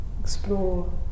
explore